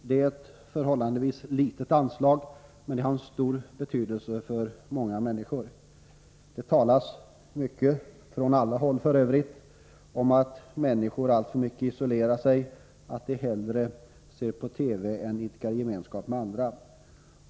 Det gäller ett anslag som har stor betydelse för många människor. Det talas mycket, från alla håll, om att människor alltför mycket isolerar sig, att de hellre ser på TV än idkar gemenskap med andra.